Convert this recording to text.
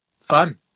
Fun